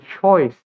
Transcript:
choice